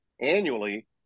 annually